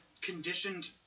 conditioned